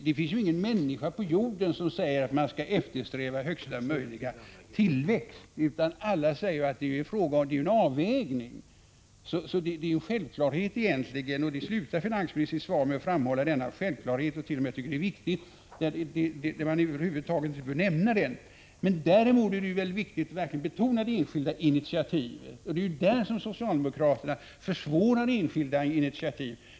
Det finns ingen människa på jorden som säger att man skall eftersträva högsta möjliga tillväxt, utan alla menar att det är fråga om en avvägning. Det är egentligen en självklarhet. Men finansministern avslutar sitt svar med att framhålla denna självklarhet och tycker t.o.m. att det är viktigt att göra det. Den behöver över huvud taget inte nämnas. Däremot är det verkligen viktigt att betona det enskilda initiativet — men socialdemokraterna försvårar enskilda initiativ.